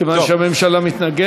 כיוון שהממשלה מתנגדת להצעה.